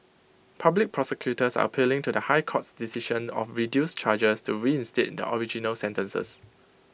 public prosecutors are appealing to the high court's decision of reduced charges to reinstate their original sentences